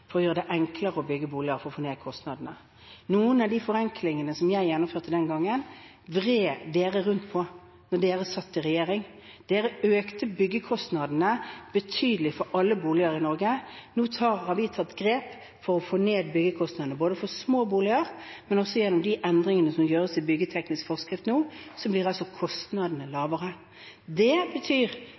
gjøre det enklere å bygge boliger for å få ned kostnadene. Noen av de forenklingene som jeg gjennomførte den gangen, vred de rundt på da de satt i regjering. De økte byggekostnadene betydelig for alle boliger i Norge. Nå har vi tatt grep for å få ned byggekostnadene for små boliger, men også gjennom de endringene som gjøres i byggeteknisk forskrift nå, blir kostnadene lavere. Det betyr